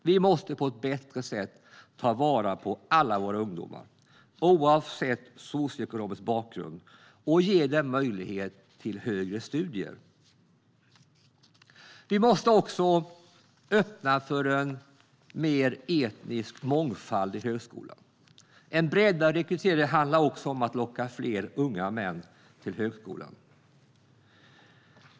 Vi måste på ett bättre sätt ta vara på alla ungdomar, oavsett deras socioekonomiska bakgrund, och ge dem möjlighet till högre studier. Vi måste också öppna för en större etnisk mångfald i högskolan. En breddad rekrytering handlar också om att locka fler unga män till högskolan.